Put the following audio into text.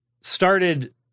Started